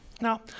Now